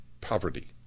poverty